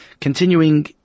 Continuing